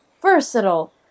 versatile